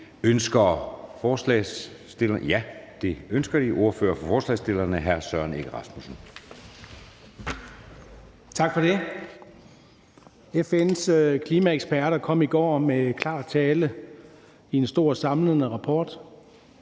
(Ordfører for forslagsstillerne) Søren Egge Rasmussen (EL): Tak for det. FN's klimaeksperter kom i går med klar tale i en stor samlende rapport: